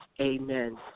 Amen